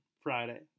Friday